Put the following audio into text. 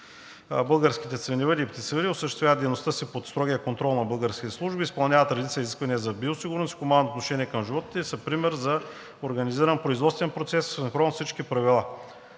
Българските свиневъди и птицевъди осъществяват дейността си под строгия контрол на българските служби. Изпълняват редица изисквания за биосигурност, хуманно отношение към животните и са пример за организиран производствен процес спрямо всички правила.